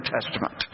Testament